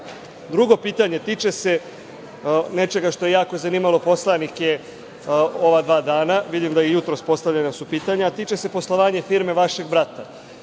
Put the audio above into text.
Drugo pitanje tiče se nečega što je jako zanimalo poslanike ova dva dana, vidim da su i jutros postavljena pitanja, a tiče se poslovanja firme vašeg brata.